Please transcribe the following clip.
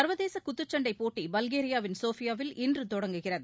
சர்வதேச குத்துச்சண்டை போட்டி பல்கேரியாவின் ஷோபியாவில் இன்று தொடங்குகிறது